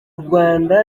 rwanda